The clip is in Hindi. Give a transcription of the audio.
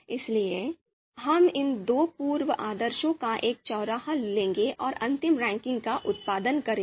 इसलिए हम इन दो पूर्व आदेशों का एक चौराहा लेंगे और अंतिम रैंकिंग का उत्पादन करेंगे